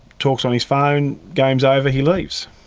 talks on his phone, game's over, he leaves.